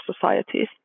societies